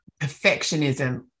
perfectionism